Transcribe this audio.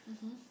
mmhmm